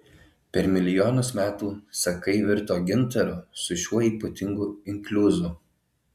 per milijonus metų sakai virto gintaru su šiuo ypatingu inkliuzu